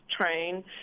train